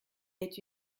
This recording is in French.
est